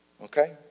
Okay